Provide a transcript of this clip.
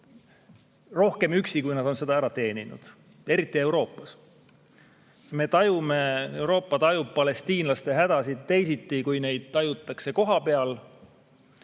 rohkem üksi, kui nad on ära teeninud. Eriti Euroopas. Me tajume, Euroopa tajub palestiinlaste hädasid teisiti, kui neid tajutakse kohapeal.